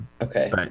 Okay